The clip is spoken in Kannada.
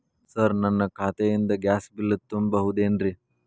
ಸರ್ ನನ್ನ ಖಾತೆಯಿಂದ ಗ್ಯಾಸ್ ಬಿಲ್ ತುಂಬಹುದೇನ್ರಿ?